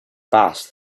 passed